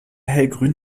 hellgrün